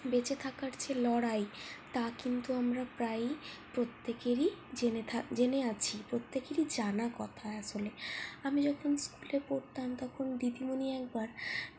বেঁচে থাকার যে লড়াই তা কিন্তু আমরা প্রায়ই প্রত্যেকেরই জেনে থাক জেনে আছি প্রত্যেকেরই জানা কথা আসলে আমি যখন স্কুলে পড়তাম তখন দিদিমনি একবার